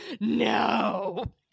no